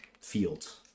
fields